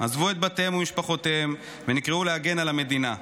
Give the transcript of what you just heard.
עזבו את בתיהם ומשפחותיהם ונקראו להגן על המדינה.